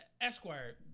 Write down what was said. Esquire